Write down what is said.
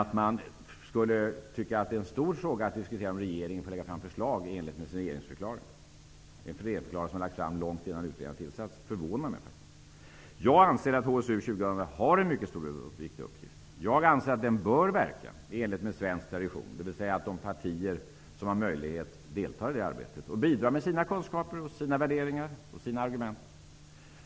Att man däremot tycker att det är en stor fråga att diskutera om regeringen får lägga fram förslag i enlighet med sin regeringsförklaring -- en regeringsförklaring som lades fram långt innan utredningen tillsattes -- förvånar mig. Jag anser att HSU 2000 har en mycket stor och viktig uppgift. Jag anser att den bör verka i enlighet med svensk tradition, dvs. att de partier som har möjlighet deltar i arbetet och bidrar med sina kunskaper, värderingar och argument.